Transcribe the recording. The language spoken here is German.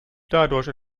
dadurch